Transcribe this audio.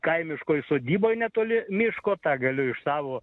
kaimiškoj sodyboj netoli miško tą galiu iš savo